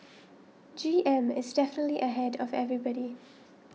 G M is definitely ahead of everybody